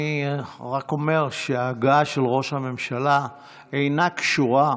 אני רק אומר שההגעה של ראש הממשלה אינה קשורה,